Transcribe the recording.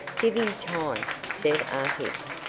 give him time, said artis,